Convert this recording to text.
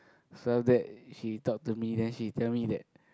so after that she talked to me then she tell me that